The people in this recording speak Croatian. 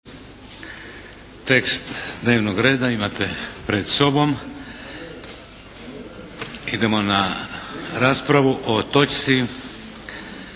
tekst dnevnog reda imate pred sobom. Idemo na raspravu o točci